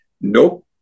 Nope